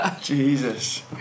Jesus